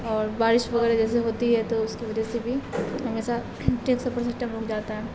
اور بارش وغیرہ جیسے ہوتی ہے تو اس کی وجہ سے بھی ہمیشہ ٹیک سپورٹ سسٹم رک جاتا ہے